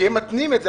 כי הם מתנים את זה.